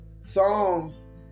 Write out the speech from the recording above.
Psalms